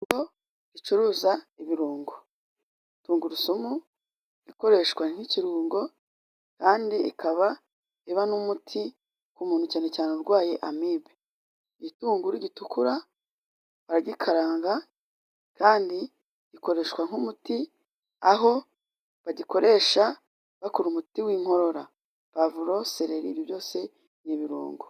Kuko icuruza ibirungo, tungurusumu ikoreshwa nk'ikirungo kandi ikaba iba n'umuti ku muntu cyane cyane urwaye amibe. Igitunguru gitukura baragikaranga kandi ikoreshwa nk'umuti aho bagikoresha bakora umuti w'inkorora. Pavuro, seleri ibyo byose ni ibirungo.